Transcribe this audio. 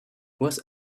was